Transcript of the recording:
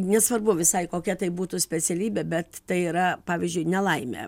nesvarbu visai kokia tai būtų specialybė bet tai yra pavyzdžiui nelaimė